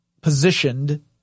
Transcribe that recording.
positioned